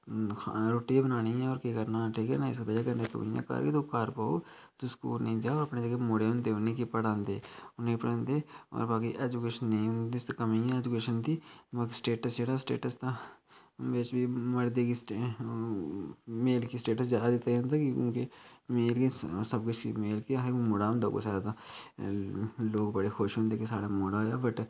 रुट्टी गै बनानी ऐ होर केह् करना ऐ ठीक ऐ ना इस बजह् कन्नै कुड़ी ऐं तूं घर बौह् तूं स्कूल नेईं जा अपने जेह्ड़े मुड़े होंदे उ'नेंगी पढ़ांदे उ'नेंगी पढ़ांदे होर बाकी ऐजुकेशन दी कमी ऐ ऐजुक्शन दी बाकी स्टेट्स जेह्ड़ा स्टेट्स स्टेट्स तां मड़दें गी मेल गी स्टेट्स जादा दित्ता जंदा क्योंकि मेल गी सब किश मेल गी हून मुड़ा होंदा कुसै दे तां लोग बड़े खुश होंदे कि साढ़ै मुड़ा होएआ बट